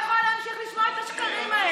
אני לא יכולה להמשיך לשמוע את השקרים האלה.